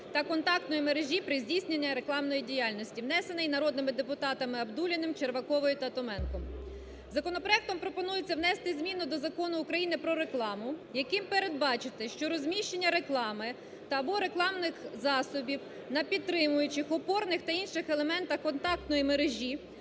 та контактної мережі при здійсненні рекламної діяльності), внесений народними депутатами Абдуліним, Червакою та Томенком. Законопроектом пропонується внести зміни до Закону України "Про рекламу", яким передбачити, що розміщення реклами або рекламних засобів на підтримуючих опорних та інших елементах контактної мережі,